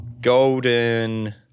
Golden